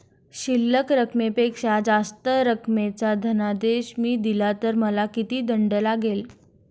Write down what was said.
शिल्लक रकमेपेक्षा जास्त रकमेचा धनादेश मी दिला तर मला किती दंड लागेल?